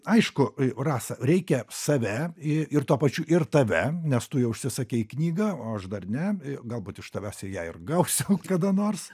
aišku rasa reikia save i ir tuo pačiu ir tave nes tu jau užsisakei knygą o sš dar ne galbūt iš tavęs i ją ir gausiau kada nors